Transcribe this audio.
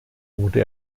wurde